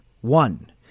one